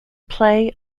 play